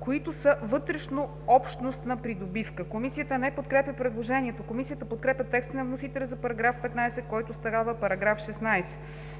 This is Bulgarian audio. „които са вътрешнообщностна придобивка“.“ Комисията не подкрепя предложението. Комисията подкрепя текста на вносителя за § 15, който става § 16.